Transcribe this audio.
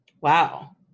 Wow